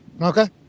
Okay